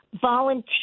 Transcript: Volunteer